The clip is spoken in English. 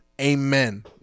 Amen